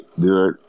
good